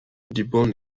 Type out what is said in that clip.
debone